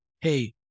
hey